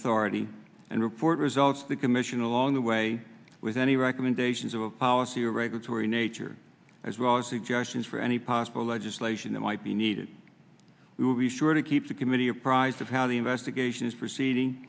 authority and report results of the commission along the way with any recommendations of a policy or regulatory nature as well as suggestions for any possible legislation that might be needed we will be sure to keep the committee apprised of how the investigation is proceeding